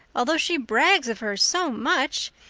although she brags of hers so much.